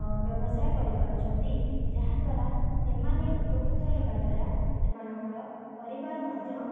ବ୍ୟବସାୟ କରିପାରୁଛନ୍ତି ଯାହାଦ୍ୱାରା ସେମାନେ ଉପକୃତ ହେବା ଦ୍ୱାରା ସେମାନଙ୍କର ପରିବାର ମଧ୍ୟ